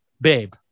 babe